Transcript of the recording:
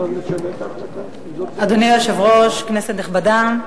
אדוני היושב-ראש, כנסת נכבדה,